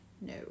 No